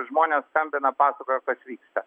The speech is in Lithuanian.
žmonės skambina pasakoja kas vyksta